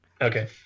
Okay